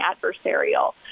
adversarial